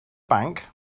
bank